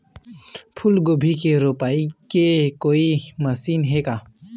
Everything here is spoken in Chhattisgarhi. फूलगोभी के रोपाई के कोई मशीन हे का?